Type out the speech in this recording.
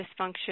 dysfunction